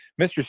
Mr